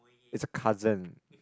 it's a cousin